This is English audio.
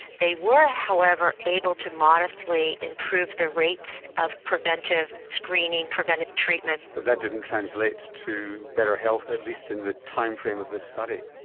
they were however able to modestly improve the rates of preventive screening, preventive treatment. but that didn't translate to better health at least in the time frame of this study?